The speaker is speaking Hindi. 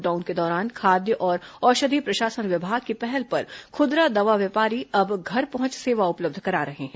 लॉकडाउन के दौरान खाद्य और औषधि प्रशासन विभाग की पहल पर खुदरा दवा व्यापारी अब घर पहंच सेवा उपलब्ध करा रहे हैं